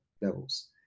levels